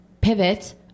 Pivot